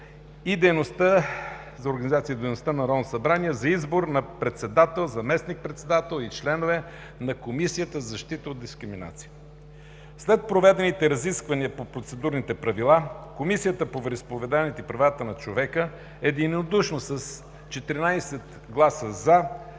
Правилника за организацията и дейността на Народното събрание за избор на председател, заместник-председател и членове на Комисията за защита от дискриминация. След проведените разисквания по процедурните правила, Комисията по вероизповеданията и правата на човека единодушно с 14 гласа „за”